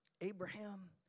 Abraham